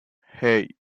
hey